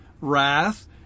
wrath